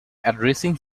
addressing